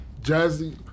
Jazzy